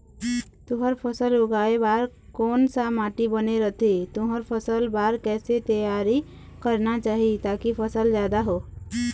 तुंहर फसल उगाए बार कोन सा माटी बने रथे तुंहर फसल बार कैसे तियारी करना चाही ताकि फसल जादा हो?